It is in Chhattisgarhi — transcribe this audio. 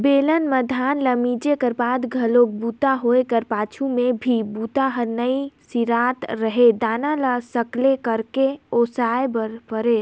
बेलन म धान ल मिंजे कर बाद घलोक बूता होए कर पाछू में भी बूता हर नइ सिरात रहें दाना ल सकेला करके ओसाय बर परय